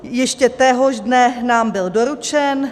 Ještě téhož dne nám byl doručen.